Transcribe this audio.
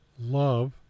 Love